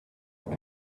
ihm